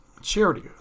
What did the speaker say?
Charity